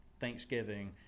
thanksgiving